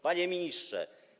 Panie Ministrze!